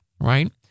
right